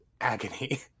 agony